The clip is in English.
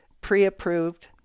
pre-approved